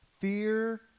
fear